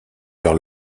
vers